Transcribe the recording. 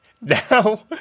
Now